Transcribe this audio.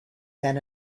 than